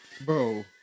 Bro